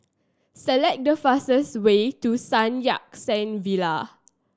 select the fastest way to Sun Yat Sen Villa